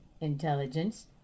intelligence